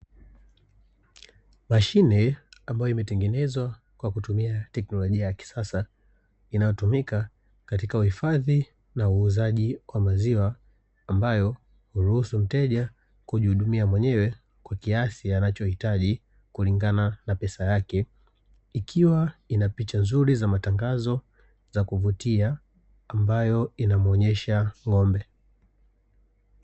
Mashine ambayo imetengenezwa kwa kutumia teknolojia ya kisasa, inayotumika katika uhifadhi na uuzaji wa maziwa ambayo huruhusu mteja kujihudumia mwenyewe kwa kiasi anacho hitaji kulingana na pesa yake, ikiwa na picha nzuri za kuvutia za matangazo ambayo inamuonyesha ng'ombe.